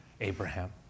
Abraham